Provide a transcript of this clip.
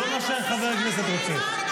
לא מה שחבר הכנסת רוצה.